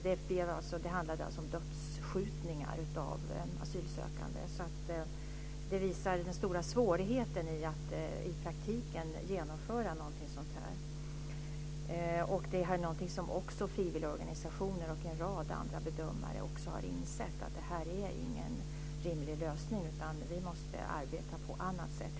Det handlade alltså om dödsskjutningar av asylsökande. Det visar den stora svårigheten att i praktiken genomföra något sådant här. Det här är någonting som också frivilligorganisationer och en rad andra bedömare har insett. Det här är ingen rimlig lösning, utan vi måste arbeta på annat sätt.